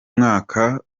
mwaka